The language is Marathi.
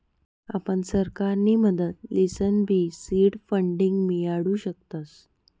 आपण सरकारनी मदत लिसनबी सीड फंडींग मियाडू शकतस